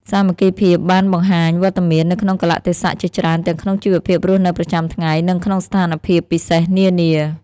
សាមគ្គីភាពបានបង្ហាញវត្តមាននៅក្នុងកាលៈទេសៈជាច្រើនទាំងក្នុងជីវភាពរស់នៅប្រចាំថ្ងៃ និងក្នុងស្ថានភាពពិសេសនានា។